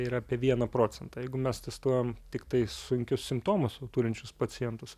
yra apie vieną procentą jeigu mes testuojam tiktai sunkius simptomus jau turinčius pacientus